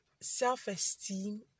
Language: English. self-esteem